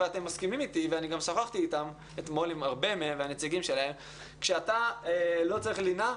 אני שוחחתי אתמול עם הרבה מהנציגים שלהם כשאתה לא צריך לינה,